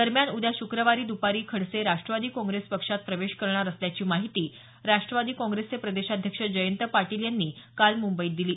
दरम्यान उद्या शुक्रवारी दुपारी खडसे राष्ट्रवादी काँग्रेस पक्षात प्रवेश करणार असल्याची माहिती राष्ट्रवादी काँग्रेसचे प्रदेशाध्यक्ष जयंत पाटील यांनी काल मुंबईत दिली